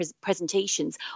presentations